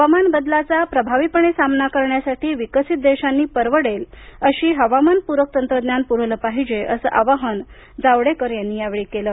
हवामान बदलाचा प्रभावीपणे सामना करण्यासाठी विकसित देशांनी परवडेल असं हवामानपूरक तंत्रज्ञान पुरवलं पाहिजे असं आवाहन जावडेकर यांनी केलं